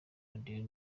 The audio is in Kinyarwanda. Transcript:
radio